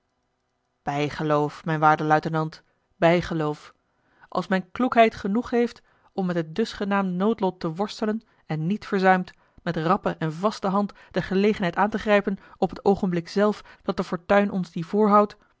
bijgeloof mijn waarde luitenant bijgeloof als men kloekheid genoeg heeft om met het dusgenaamde noodlot te worstelen en niet verzuimt met rappe en vaste hand de gelegenheid aan te grijpen op het oogenblik zelf dat de fortuin ons die voorhoudt